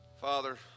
Father